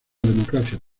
democracia